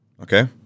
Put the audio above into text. Okay